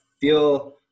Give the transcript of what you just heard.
feel